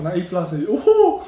我拿 A plus eh !woohoo!